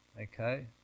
Okay